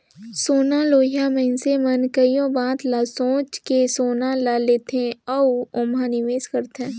सोना लेहोइया मइनसे मन कइयो बात ल सोंएच के सोना ल लेथे अउ ओम्हां निवेस करथे